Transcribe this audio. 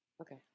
Okay